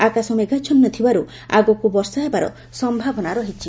ଆକାଶ ମେଘାଚ୍ଛନ୍ନ ଥିବାରୁ ଆଗକୁ ବର୍ଷା ହେବାର ସମ୍ଭାବନା ଅଛି